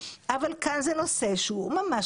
אבל כאן זה נושא שהוא ממש